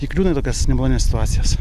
įkliūna į tokias nemalonias situacijas